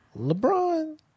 LeBron